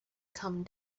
come